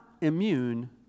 immune